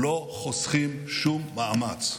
לא חוסכים שום מאמץ,